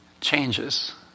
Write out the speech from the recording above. changes